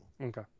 okay